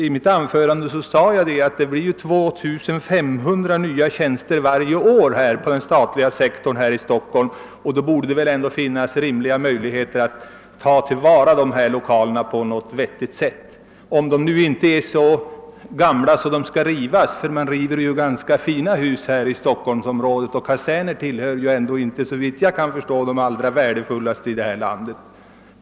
I mitt anförande framhöll jag att det blir 2500 nya tjänster varje år på det statliga området här i Stockholm, och då borde det ändå finnas rimliga möjligheter att ta till vara dessa lokaler på ett vettigt sätt — om de inte är så gamla att de skall rivas; man river ju ganska fina hus här i Stockholm, och kaserner tillhör såvitt jag förstår ändå inte de allra värdefullaste byggnaderna här i landet.